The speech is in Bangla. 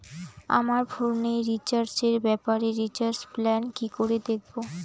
আমার ফোনে রিচার্জ এর ব্যাপারে রিচার্জ প্ল্যান কি করে দেখবো?